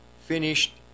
finished